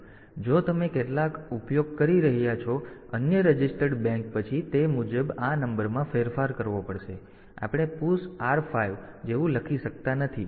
તેથી જો તમે કેટલાક ઉપયોગ કરી રહ્યાં છો અન્ય રજીસ્ટર્ડ બેંક પછી તે મુજબ આ નંબરમાં ફેરફાર કરવો પડશે પરંતુ આપણે PUSH R5 જેવું લખી શકતા નથી